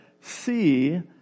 See